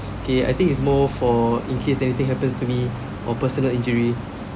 okay I think it's more for in case anything happens to me or personal injury